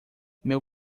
meu